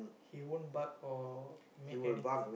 he won't bark or make any